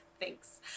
Thanks